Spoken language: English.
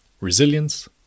Resilience